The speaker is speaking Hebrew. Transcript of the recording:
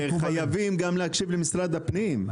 חייבים גם להקשיב למשרד המשפטים,